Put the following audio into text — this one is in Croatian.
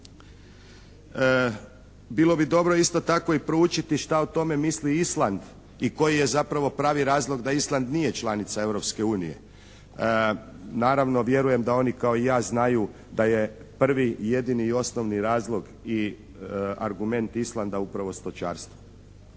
Bilo bi dobro isto tako i proučiti šta o tome misli Island i koji je zapravo pravi razlog da Island nije članica Europske unije. Naravno vjerujem da oni kao i ja znaju da je prvi i jedini i osnovni razlog i argument Islanda upravo stočarstvo.